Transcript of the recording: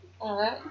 Alright